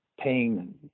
paying